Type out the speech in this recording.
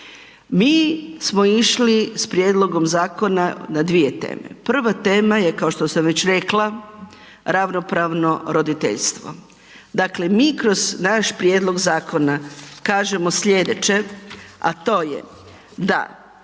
Mi smo išli s prijedlogom zakona na dvije teme. Prva tema je kao što sam već rekla ravnopravno roditeljstvo. Dakle, mi kroz naš prijedlog zakona kažemo slijedeće, a to je da